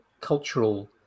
cultural